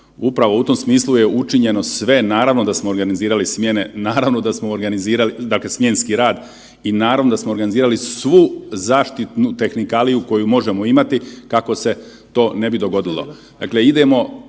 Upravo u tom smislu je učinjeno sve, naravno da smo organizirali smjene, naravno da smo organizirali dakle smjenski i naravno da smo organizirali svu zaštitnu tehnikaliju koju možemo imati kako se to ne bi dogodilo.